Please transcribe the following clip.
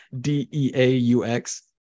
D-E-A-U-X